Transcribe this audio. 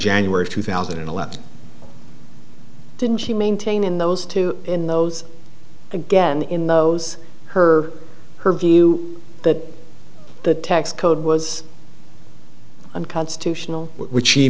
january two thousand and eleven didn't she maintain in those two in those again in those her her view that the tax code was unconstitutional which